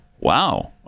Wow